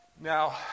Now